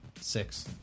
Six